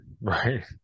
Right